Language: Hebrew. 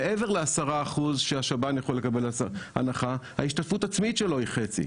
מעבר ל-10% שהשב"ן יכול לקבל הנחה ההשתתפות העצמית שלו היא חצי.